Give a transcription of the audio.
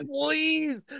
please